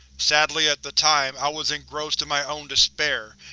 sadly, at the time, i was engrossed in my own despair,